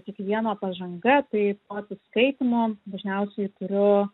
kiekvieno pažanga tai atsiskaitymu dažniausiai turiu